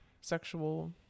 sexual